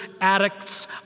addicts